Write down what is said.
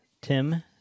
Tim